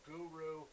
Guru